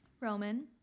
roman